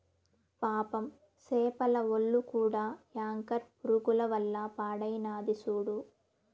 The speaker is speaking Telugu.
పాపం సేపల ఒల్లు కూడా యాంకర్ పురుగుల వల్ల పాడైనాది సూడు